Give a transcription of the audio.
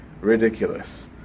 ridiculous